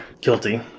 Guilty